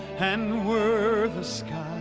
and were the skies